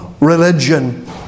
Religion